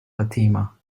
fatima